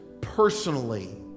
personally